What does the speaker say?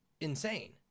insane